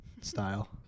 style